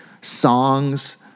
songs